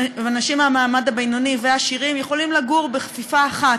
אנשים מהמעמד הבינוני ועשירים יכולים לגור בכפיפה אחת,